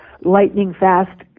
lightning-fast